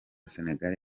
senegal